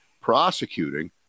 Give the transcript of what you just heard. prosecuting